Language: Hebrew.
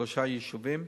בשלושה יישובים,